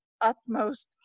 utmost